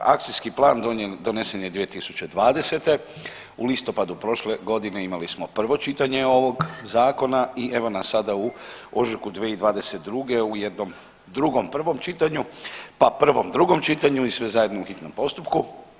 Akcijski plan donesen je 2020., u listopadu prošle godine imali smo prvo čitanje ovog zakona i evo nas sada u ožujku 2022. u jednom drugom prvom čitanju pa prvom drugom čitanju i sve zajedno u hitnom postupku.